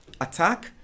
attack